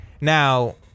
Now